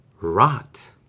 rot